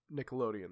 nickelodeon